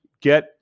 get